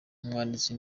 umwanditsi